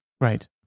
Right